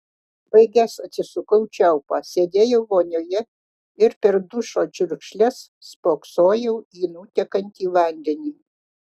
baigęs atsisukau čiaupą sėdėjau vonioje ir per dušo čiurkšles spoksojau į nutekantį vandenį